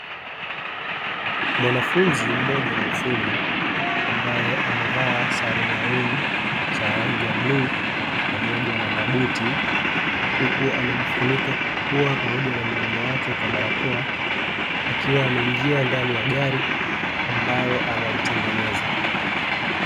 Mwanafunzi mmoja wa ufundi ambaye amevaa sare maalumu za rangi ya bluu, pamoja na mabuti huku amajifunika pua pamoja na mdomo wake kwa barakoa, akiwa ameingia ndani ya gari ambalo anatengeneza.